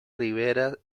ribera